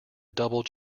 double